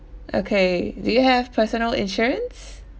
okay do you have personal insurance